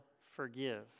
forgive